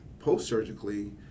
post-surgically